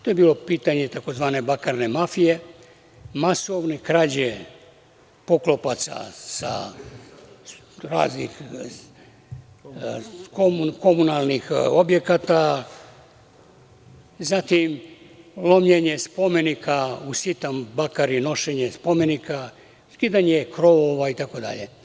To je bilo pitanje tzv. bakarne mafije, masovne krađe poklopaca sa raznih komunalnih objekata, zatim lomljenje spomenika u sitan bakar i nošenje spomenika, skidanje krovova itd.